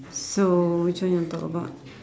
so which one you wanna talk about